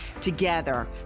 Together